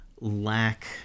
lack